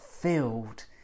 filled